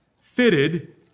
fitted